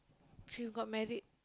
she got married